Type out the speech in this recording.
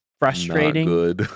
Frustrating